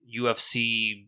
UFC